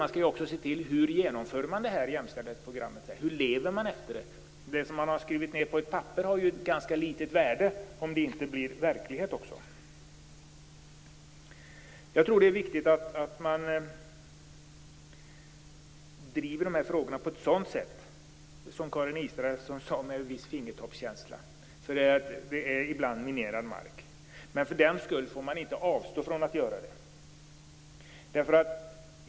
Vi skall också se till hur jämställdhetsprogrammet genomförs. Lever man efter det? Det som man har skrivit ned på ett papper har ganska litet värde om det inte också blir verklighet. Jag tror att det är viktigt att man driver dessa frågor på ett sådant sätt som Karin Israelsson talade om, dvs. med en viss fingertoppskänsla. Det är ibland minerad mark man går på, men för den skull får man inte avstå från att göra det.